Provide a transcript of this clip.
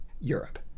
Europe